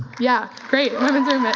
yeah, great, women's movement.